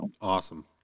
Awesome